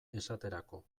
esaterako